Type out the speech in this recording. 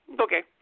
Okay